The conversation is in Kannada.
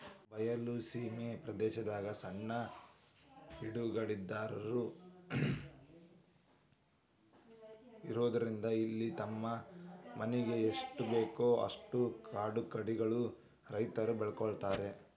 ಬಯಲ ಸೇಮಿ ಪ್ರದೇಶದಾಗ ಸಣ್ಣ ಹಿಡುವಳಿದಾರರು ಇರೋದ್ರಿಂದ ಇಲ್ಲಿ ತಮ್ಮ ಮನಿಗೆ ಎಸ್ಟಬೇಕೋ ಅಷ್ಟ ಕಾಳುಕಡಿಗಳನ್ನ ರೈತರು ಬೆಳ್ಕೋತಾರ